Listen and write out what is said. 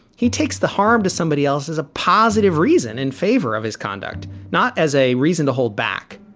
he takes the harm to somebody else as a positive reason in favor of his conduct, not as a reason to hold back